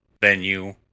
venue